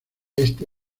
este